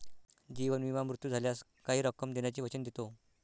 जीवन विमा मृत्यू झाल्यास काही रक्कम देण्याचे वचन देतो